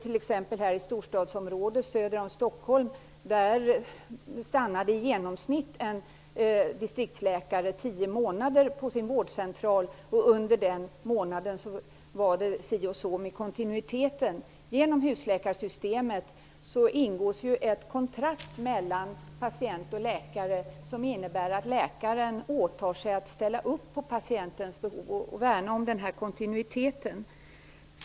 I exempelvis ett storstadsområde söder om Stockholm har en distriktsläkare stannat i genomsnitt tio månader på sin vårdcentral. Det har då varit litet si och så med kontinuiteten. Genom husläkarsystemet ingås ett kontrakt mellan patient och läkare som innebär att läkaren åtar sig att ställa upp på patientens behov och att läkaren värnar om kontinuiteten.